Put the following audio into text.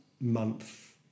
month